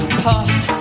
past